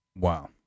Wow